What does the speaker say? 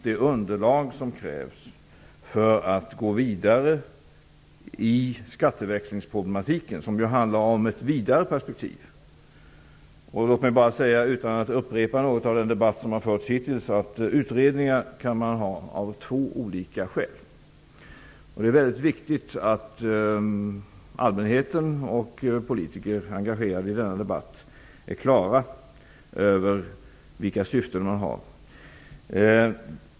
Det underlag som krävs för att man skall kunna gå vidare med skatteväxlingsfrågorna finns således. Det gäller ett vidare perspektiv. Utan att upprepa den debatt som har förts hittills vill jag bara säga att man kan göra utredningar av två olika skäl. Det är mycket viktigt att allmänheten och politiker engagerade i denna debatt är på det klara med vilka syften man har.